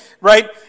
right